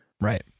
Right